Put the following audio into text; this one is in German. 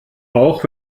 auch